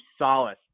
solace